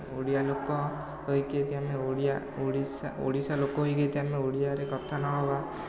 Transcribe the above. ଓଡ଼ିଆ ଲୋକ ହେଇକି ଯଦି ଆମେ ଓଡ଼ିଆ ଓଡ଼ିଶା ଓଡ଼ିଶାର ଲୋକ ହେଇକି ଯଦି ଆମେ ଓଡ଼ିଆରେ କଥା ନ ହବା